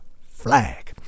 Flag